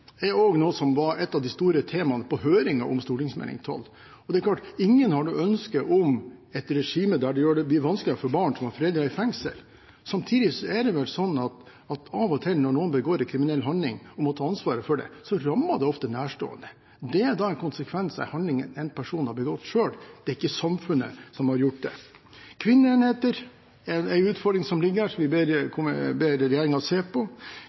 gang legger noe nytt på bordet og påpeker at det finnes alternative løsninger. Samfunnet endrer seg, ergo må vi også endre mulighetene som vi ønsker å bruke ved straffegjennomføring. Barns rettigheter var et av de store temaene på høringen om Meld. St. 12. Ingen har noe ønske om et regime der det blir vanskeligere for barn som har foreldre i fengsel. Samtidig er det slik at når noen begår en kriminell handling og må ta ansvaret for det, rammer det ofte nærstående. Det er en konsekvens av en handling en person har begått selv. Det er ikke samfunnet som har gjort det. Kvinneenheter er en utfordring som vi ber regjeringen se